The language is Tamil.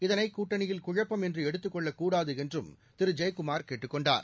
இதனை கூட்டணியில் குழப்பம் என்று எடுத்துக் கொள்ளக்கூடாது என்றும் திரு ஜெயக்குமாா் கேட்டுக்கொண்டார்